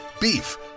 Beef